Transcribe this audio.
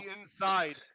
inside